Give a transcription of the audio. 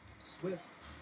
Swiss